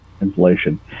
inflation